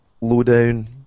low-down